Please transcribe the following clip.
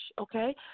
okay